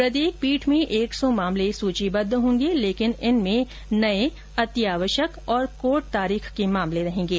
प्रत्येक पीठ में एक सौ मामले सुचीबद्ध होंगे लेकिन इनमें नए अत्यावश्यक तथा कोर्ट तारीख के मामले रहेंगे